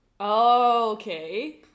Okay